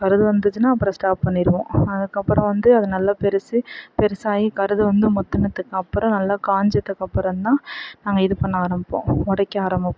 கருது வந்துச்சின்னால் அப்புறம் ஸ்டாப் பண்ணிவிடுவோம் அதுக்கப்புறம் வந்து அதை நல்லா பெருசு பெருசாகி கருது வந்து முத்துனதுக்கப்புறம் நல்லா காஞ்சதுகப்புறந்தான் நாங்கள் இது பண்ண ஆரம்பிப்போம் உடைக்க ஆரம்பிப்போம்